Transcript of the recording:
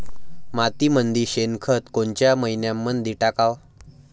मातीमंदी शेणखत कोनच्या मइन्यामंधी टाकाव?